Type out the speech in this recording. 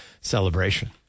celebration